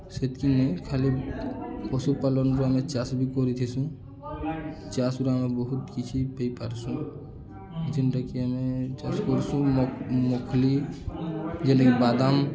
ସେତ୍କିି ନି ଖାଲି ପଶୁପାଲନ୍ରୁ ଆମେ ଚାଷ୍ ବି କରିଥିସୁଁ ଚାଷ୍ରୁ ଆମେ ବହୁତ୍ କିଛି ପଇପାର୍ସୁଁ ଯେନ୍ଟାକି ଆମେ ଚାଷ୍ କର୍ସୁଁ ମୁଖ୍ଫୁଲି ଯେନ୍ଟାକି ବାଦାମ୍